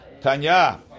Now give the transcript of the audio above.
Tanya